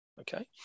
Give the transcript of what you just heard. okay